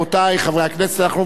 חקיקת חברי הכנסת.